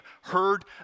heard